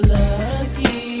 lucky